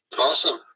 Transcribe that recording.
Awesome